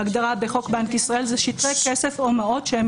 ההגדרה בחוק בנק ישראל: "שטרי כסף או מעות שהם